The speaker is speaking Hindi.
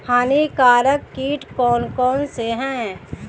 हानिकारक कीट कौन कौन से हैं?